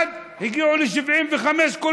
עלה מלכיאלי מש"ס: אנחנו שבעה קולות,